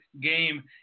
game